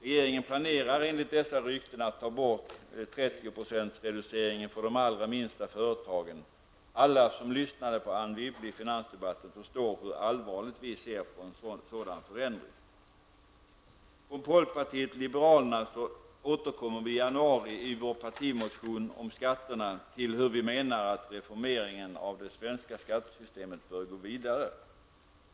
Regeringen planerar enligt dessa rykten att ta bort 30-procentsreduceringen för de allra minsta företagen. Alla som lyssnade på Anne Wibble i finansdebatten förstår hur allvarligt vi ser på en sådan förändring. Från folkpartiet liberalerna återkommer vi i januari i vår partimotion om skatterna till hur vi menar att reformeringen av det svenska skattesystemet bör gå vidare.